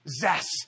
zest